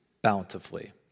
Bountifully